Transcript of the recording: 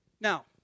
Now